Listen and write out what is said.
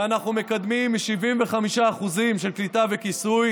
ואנחנו מתקדמים מ-75% של קליטה וכיסוי